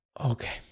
Okay